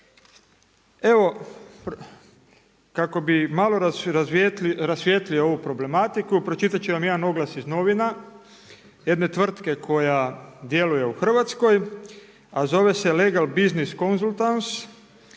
Evo kako bih malo rasvijetlio ovu problematiku pročitat ću vam jedan oglas iz novina jedne tvrtke koja djeluje u Hrvatskoj, a zove se Legal business consultants